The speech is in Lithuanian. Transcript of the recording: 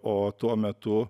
o tuo metu